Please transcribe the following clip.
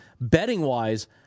Betting-wise